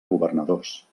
governadors